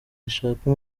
zishaka